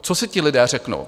Co si ti lidé řeknou?